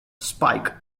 spike